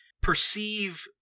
perceive